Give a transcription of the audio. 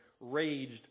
raged